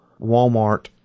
Walmart